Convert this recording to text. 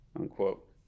unquote